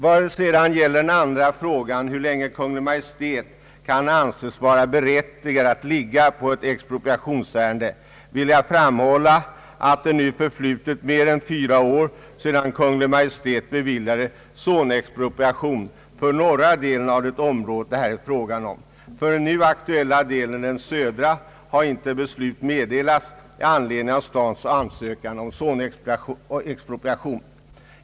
Vad sedan gäller den andra frågan — hur länge Kungl. Maj:t kan anses vara berättigad att ligga på ett expropriationsärende — vill jag framhålla att det nu förflutit mer än fyra år sedan Kungl. Maj:t beviljade zonexpropriation för norra delen av området. För den nu aktuella delen, den södra, har inte beslut meddelats i anledning av stadens ansökan om zonexpropriation.